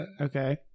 okay